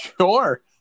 Sure